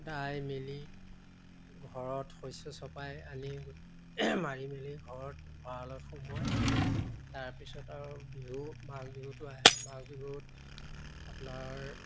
দাই মেলি ঘৰত শস্য চপাই আনি মাৰি মেলি ঘৰত ভঁৰালত সোমোৱায় তাৰপিছত আৰু বিহু মাঘ বিহুতো আহে মাঘ বিহুত আপোনাৰ